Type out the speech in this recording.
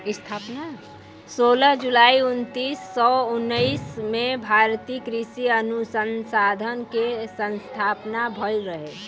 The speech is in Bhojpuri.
सोलह जुलाई उन्नीस सौ उनतीस में भारतीय कृषि अनुसंधान के स्थापना भईल रहे